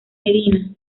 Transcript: medina